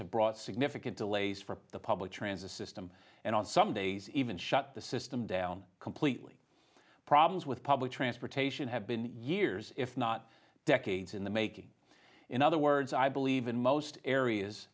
have brought significant delays for the public transit system and on some days even shut the system down completely problems with public transportation have been years if not decades in the making in other words i believe in most areas